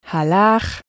Halach